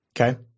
Okay